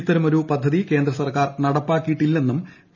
ഇത്തരമൊരു പദ്ധതി കേന്ദ്ര സർക്കാർ നടപ്പാക്കിയിട്ടില്ലെന്നും പി